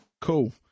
cool